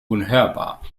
unhörbar